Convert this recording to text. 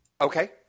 okay